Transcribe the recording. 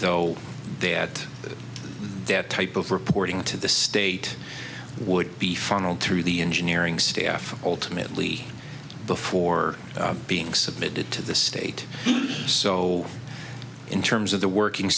though they had that type of reporting to the state would be funneled through the engineering staff ultimately before being submitted to the state so in terms of the working